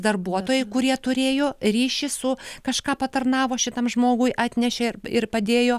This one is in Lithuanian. darbuotojai kurie turėjo ryšį su kažką patarnavo šitam žmogui atnešė ir padėjo